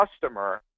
customer